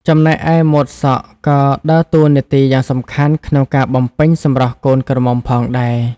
ចំណែកឯម៉ូតសក់ក៏ដើរតួនាទីយ៉ាងសំខាន់ក្នុងការបំពេញសម្រស់កូនក្រមុំផងដែរ ។